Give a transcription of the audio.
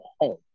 home